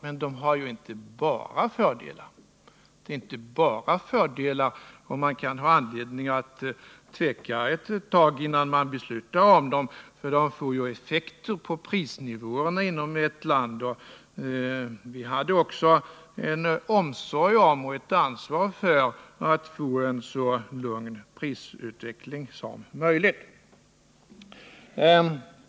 Men de har ju inte bara fördelar, och man kan ha anledning att tveka ett tag innan man beslutar om dem, för de får ju effekter på prisnivåerna inom ett land, och vi hade också en omsorg om och ett ansvar för att få en så lugn prisutveckling som möjligt.